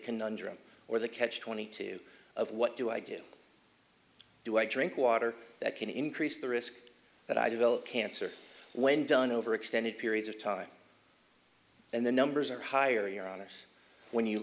conundrum or the catch twenty two of what do i do do i drink water that can increase the risk that i develop cancer when done over extended periods of time and the numbers are higher you're on us when you